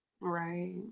Right